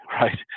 Right